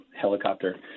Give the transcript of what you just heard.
helicopter